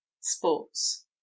sports